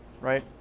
right